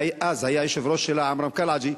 שאז היה היושב-ראש שלה עמרם קלעג'י,